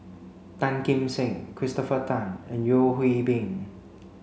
Tan Kim Seng Christopher Tan and Yeo Hwee Bin